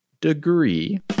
degree